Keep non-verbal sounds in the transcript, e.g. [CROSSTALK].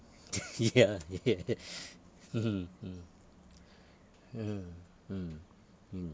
[LAUGHS] ya ya [LAUGHS] mm mm mm mm mm